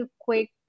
quick